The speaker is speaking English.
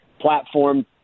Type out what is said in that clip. platform